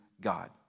God